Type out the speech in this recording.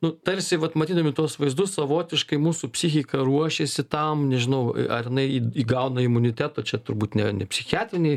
nu tarsi vat matydami tuos vaizdus savotiškai mūsų psichika ruošiasi tam nežinau ar inai įgauna imunitetą čia turbūt ne ne psichiatriniai